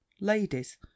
ladies